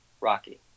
Rocky